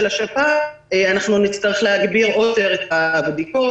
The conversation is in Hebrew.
השפעת נצטרך להגביר עוד יותר את הבדיקות.